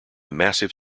massive